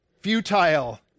futile